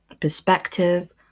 perspective